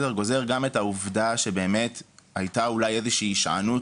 גוזר גם את העובדה שבאמת הייתה אולי איזושהי הישענות